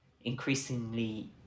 increasingly